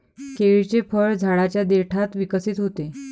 केळीचे फळ झाडाच्या देठात विकसित होते